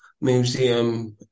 museum